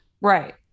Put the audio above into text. Right